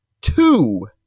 two